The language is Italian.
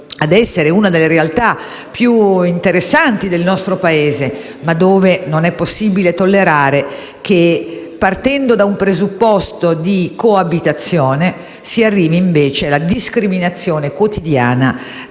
a essere una delle realtà più interessanti del nostro Paese; una realtà, però, dove non è possibile tollerare che, partendo da un presupposto di coabitazione, si arrivi invece alla discriminazione quotidiana